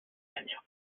años